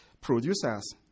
producers